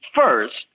first